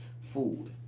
food